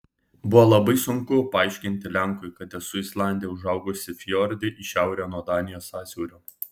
buvo labai sunku paaiškinti lenkui kad esu islandė užaugusi fjorde į šiaurę nuo danijos sąsiaurio